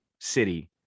City